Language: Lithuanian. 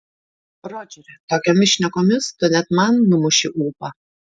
rodžeri tokiomis šnekomis tu net man numuši ūpą